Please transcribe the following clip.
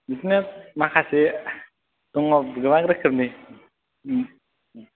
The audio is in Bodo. बिदिनो माखासे दङ गोबां रोखोमनि ओम ओम